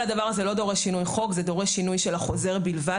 הדבר הזה לא דורש שינוי חוק אלא שינוי של החוזר בלבד.